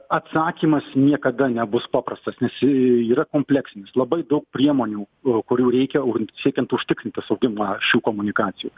atsakymas niekada nebus paprastas nes yra kompleksinis labai daug priemonių kurių reikia ur siekiant užtikrinti saugumą šių komunikacijų